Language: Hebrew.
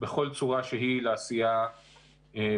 בכל צורה שהיא לעשייה בהמשך.